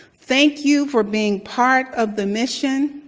thank you for being part of the mission,